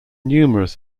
numerous